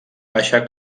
baixa